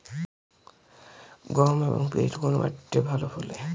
গম এবং পিয়াজ কোন মাটি তে ভালো ফলে?